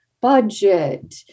budget